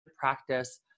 practice